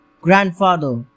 Grandfather